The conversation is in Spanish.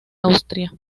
austria